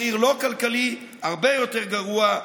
מחיר לא כלכלי הרבה יותר גרוע,